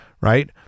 right